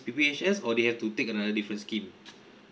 P_P_H_S or they have to take another different scheme